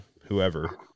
whoever